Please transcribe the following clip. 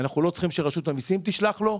אנחנו לא צריכים שרשות המיסים תשלח לו,